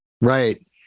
right